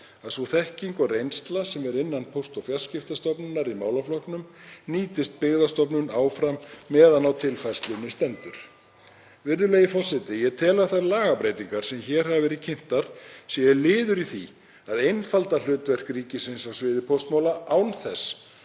að sú þekking og reynsla sem er innan Póst- og fjarskiptastofnunar í málaflokknum nýtist Byggðastofnun áfram meðan á tilfærslunni stendur. Virðulegi forseti. Ég tel að þær lagabreytingar sem hér hafa verið kynntar séu liður í því að einfalda hlutverk ríkisins á sviði póstmála án þess